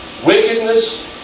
Wickedness